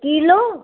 kilo